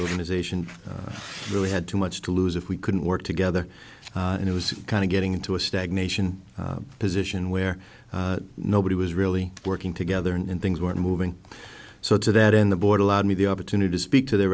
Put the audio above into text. organization really had too much to lose if we couldn't work together and it was kind of getting into a stagnation position where nobody was really working together and things weren't moving so to that in the board allowed me the opportunity to speak to their